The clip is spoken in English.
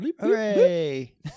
Hooray